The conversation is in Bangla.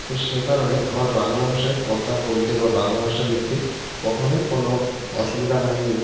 তো সে কারণে আমার বাংলা ভাষায় কথা বলতে বা বাংলা ভাষা লিখতে কখনই কোনো অসুবিধা হয় নি